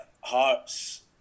Hearts